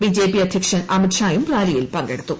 B J P അധ്യക്ഷൻ അമിത് ഷായും റാലിയിൽ പങ്കെടുത്തു